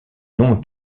nom